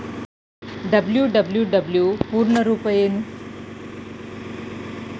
WWW ಪೂರ್ಣ ರೂಪ ಏನು?